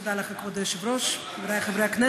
תודה לך, כבוד היושב-ראש, חבריי חברי הכנסת,